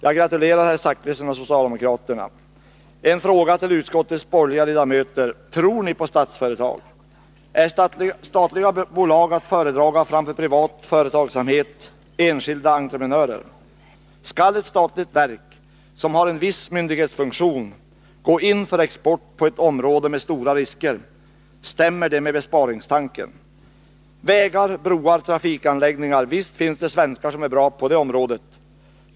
Jag gratulerar herr Zachrisson och socialdemokraterna, men jag vill ställa statliga bolag att föredra framför privat företagsamhet, enskilda entrepre Onsdagen den nörer? Skall ett statligt verk — som har en viss myndighetsfunktion — gå in för —2g april 1982 export på ett område med stora risker? Stämmer det med besparingstanken? Visst finns det svenskar som är bra på området vägar, broar och trafikanläggningar.